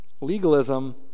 Legalism